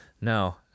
No